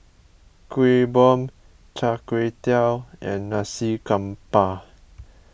Kuih Bom Char Kway Teow and Nasi Campur